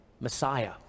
Messiah